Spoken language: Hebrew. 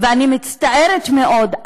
אני מצטערת מאוד.